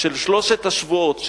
של שלושת השבועות,